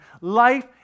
life